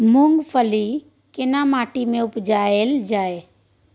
मूंगफली केना माटी में उपजायल जाय?